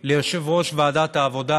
ליושב-ראש ועדת העבודה,